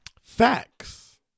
Facts